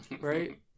Right